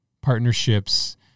partnerships